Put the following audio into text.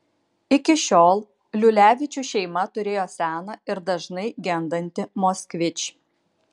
iki šiol liulevičių šeima turėjo seną ir dažnai gendantį moskvič